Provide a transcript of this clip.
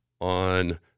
on